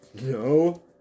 no